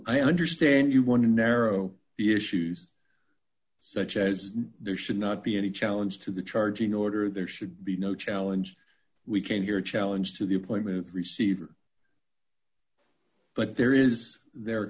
i understand you want to narrow the issues such as there should not be any challenge to the charging order there should be no challenge we came here a challenge to the employment receiver but there is there a